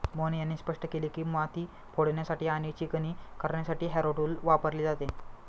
मोहन यांनी स्पष्ट केले की, माती फोडण्यासाठी आणि चिकणी करण्यासाठी हॅरो टूल वापरले जाते